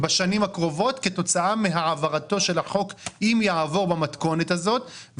בשנים הקרובות כתוצאה מהעברתו של החוק אם יעבור במתכונת הזאת.